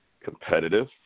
competitive